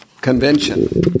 convention